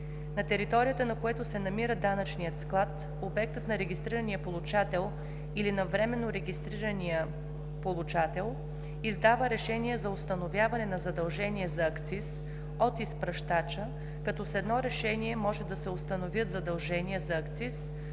на територията на което се намира данъчният склад, обектът на регистрирания получател или на временно регистрирания получател, издава решение за установяване на задължение за акциз от изпращача, като с едно решение може да се установят задължения за акциз